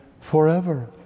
forever